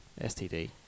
STD